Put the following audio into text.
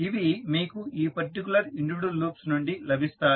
ఇవి మీకు ఈ పర్టికులర్ ఇండివిడ్యువల్ లూప్స్ నుండి లభిస్తాయి